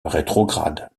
rétrograde